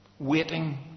Waiting